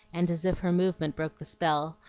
and as if her movement broke the spell,